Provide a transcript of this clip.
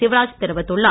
சிவராஜ் தெரிவித்துள்ளார்